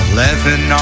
Eleven